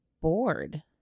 bored